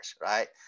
right